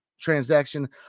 transaction